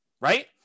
Right